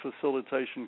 facilitation